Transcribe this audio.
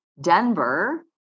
Denver